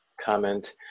comment